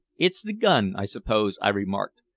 it's the gun, i suppose, i remarked.